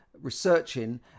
researching